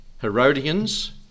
Herodians